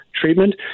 treatment